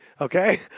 okay